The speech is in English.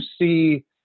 see